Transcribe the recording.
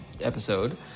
episode